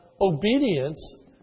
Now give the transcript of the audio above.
obedience